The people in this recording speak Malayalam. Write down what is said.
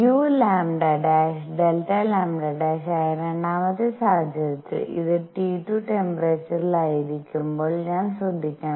uλΔλ ആയ രണ്ടാമത്തെ സാഹചര്യത്തിൽ ഇത് T₂ ട്ടെമ്പേറെചർറിലായിരിക്കുമ്പോൾ ഞാൻ ശ്രദ്ധിക്കണം